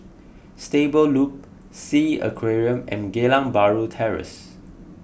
Stable Loop Sea Aquarium and Geylang Bahru Terrace